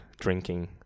drinking